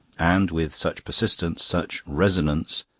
and with such persistence, such resonance,